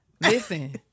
Listen